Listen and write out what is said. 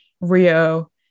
Rio